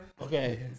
Okay